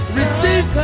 receive